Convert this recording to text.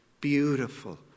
beautiful